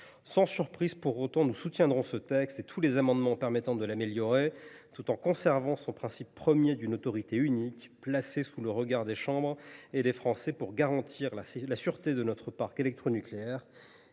sans surprise, nous soutiendrons ce texte et voterons tous les amendements visant à l’améliorer, tout en conservant son principe premier d’une autorité unique, placée sous le regard des chambres et des Français, pour garantir la sûreté de notre parc électronucléaire